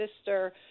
sister